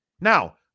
Now